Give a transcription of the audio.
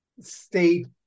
state